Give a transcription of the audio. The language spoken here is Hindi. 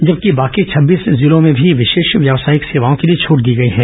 जबकि बाकी छब्बीस जिलों में भी कुछ विशेष व्यावसायिक सेवाओं के लिए छट दी गई हैं